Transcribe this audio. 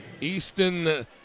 Easton